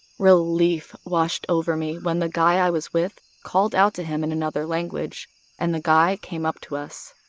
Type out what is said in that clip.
relief washed over me when the guy i was with called out to him in another language and the guy came up to us.